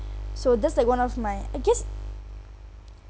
so that's like one of my I guess